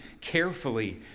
carefully